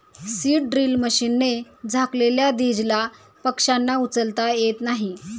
seed drill मशीनने झाकलेल्या दीजला पक्ष्यांना उचलता येत नाही